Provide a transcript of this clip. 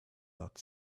that